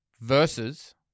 Versus